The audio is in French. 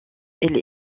elle